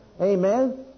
Amen